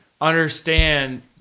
understand